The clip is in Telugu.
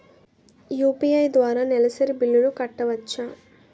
యు.పి.ఐ ద్వారా నెలసరి బిల్లులు కట్టవచ్చా?